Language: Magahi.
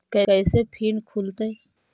कैसे फिन खुल तय?